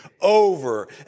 over